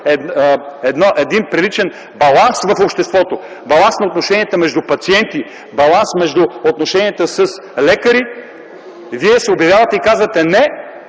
един приличен баланс в обществото, баланс на отношенията между пациенти, баланс между отношенията с лекари, вие казвате: не,